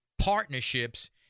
partnerships